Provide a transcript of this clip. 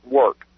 work